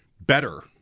better